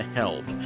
help